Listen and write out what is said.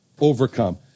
overcome